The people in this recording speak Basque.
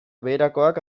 beherakoak